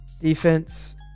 Defense